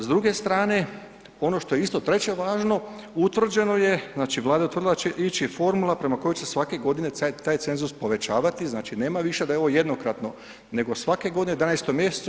S druge strane, ono što je isto treće važno, utvrđeno je, znači Vlada je utvrdila da će ići formula prema kojoj će svake godine taj cenzus povećavati, znači nema više da je ovo jednokratno nego svake godine u 11. mj.